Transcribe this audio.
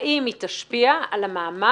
האם היא תשפיע על המעמד